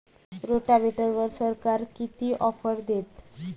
रोटावेटरवर सरकार किती ऑफर देतं?